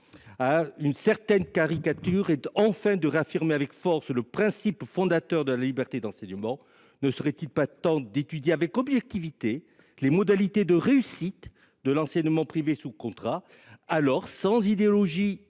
une certaine caricature et de réaffirmer enfin avec force le principe fondateur de la liberté d’enseignement ? Ne serait il pas temps d’étudier avec objectivité les modalités de réussite de l’enseignement privé sous contrat ? Alors, sans idéologie